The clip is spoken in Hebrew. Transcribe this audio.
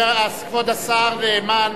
כבוד השר נאמן,